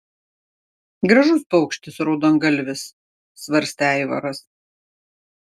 gražus paukštis raudongalvis svarstė aivaras